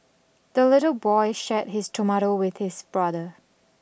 the little boy shared his tomato with his brother